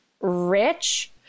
rich